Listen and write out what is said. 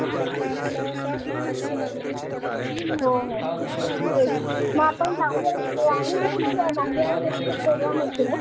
हां हां हो हो तेच मग आपण जाऊया तिथे आणि तिथे ते दांडिया वगैरेचे प्रोग्राम असतील ना